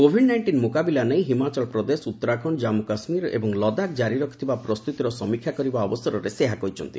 Covid nineteen ମୁକାବିଲା ନେଇ ହିମାଚଳ ପ୍ରଦେଶ ଉତ୍ତରାଖଣ୍ଡ ଜାମ୍ମୁ କାଶ୍ୱୀର ଏବଂ ଲଦାଖ ଜାରି ରଖିଥିବା ପ୍ରସ୍ତୁତିର ସମୀକ୍ଷା କରିବା ଅବସରରେ ସେ ଏହା କହିଛନ୍ତି